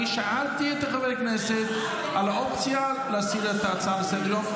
אני שאלתי את חבר הכנסת על האופציה להסיר את ההצעה לסדר-היום.